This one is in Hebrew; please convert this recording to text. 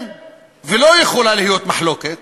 אין ולא יכולה להיות מחלוקת